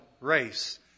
race